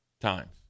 times